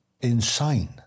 insane